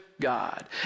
God